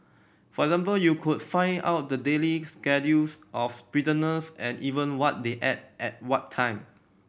for example you could find out the daily schedules of prisoners and even what they ate at what time